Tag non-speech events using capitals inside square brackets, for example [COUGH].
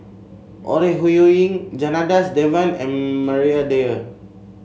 Ore Huiying Janadas Devan and [HESITATION] Maria Dyer